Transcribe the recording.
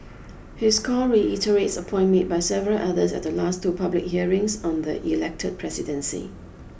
his call reiterates a point made by several others at the last two public hearings on the elected presidency